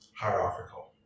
hierarchical